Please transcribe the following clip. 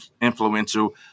influential